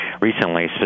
recently